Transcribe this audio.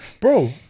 Bro